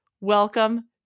Welcome